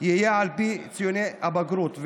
יהיה על פי ציוני הבגרות.